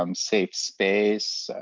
um safe space.